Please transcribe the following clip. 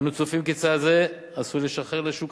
אנו צופים כי צעד זה עשוי לשחרר לשוק